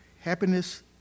Happiness